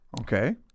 Okay